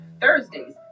Thursdays